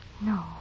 No